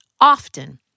often